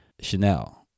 Chanel